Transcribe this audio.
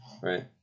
right